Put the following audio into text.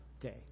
day